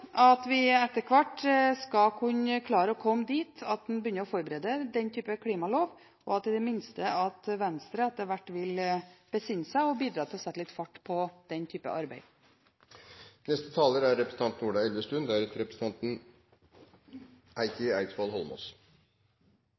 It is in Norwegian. at vi etter hvert skal kunne klare å komme dit at en begynner å forberede den typen klimalov, og i det minste at Venstre etter hvert vil besinne seg og bidra til å sette litt fart på den typen arbeid. Jeg kan berolige representanten Arnstad med at vi i Venstre er